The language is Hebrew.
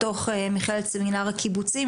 בתוך מכללת סמינר הקיבוצים,